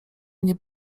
mnie